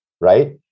right